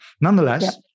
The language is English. Nonetheless